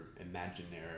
imaginary